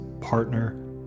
partner